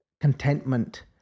contentment